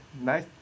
nice